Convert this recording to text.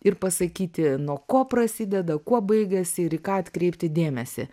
ir pasakyti nuo ko prasideda kuo baigiasi ir į ką atkreipti dėmesį